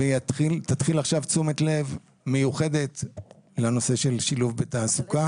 ותתחיל עכשיו תשומת לב מיוחדת לנושא של שילוב בתעסוקה.